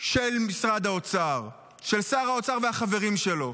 של משרד האוצר, של שר האוצר והחברים שלו.